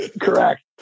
Correct